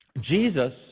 Jesus